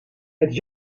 het